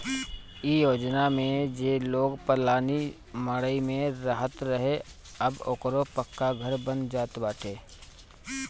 इ योजना में जे लोग पलानी मड़इ में रहत रहे अब ओकरो पक्का घर बन जात बाटे